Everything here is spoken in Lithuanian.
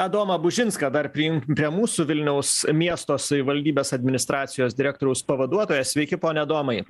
adomą bužinską dar prijunkim prie mūsų vilniaus miesto savivaldybės administracijos direktoriaus pavaduotojas sveiki pone adomai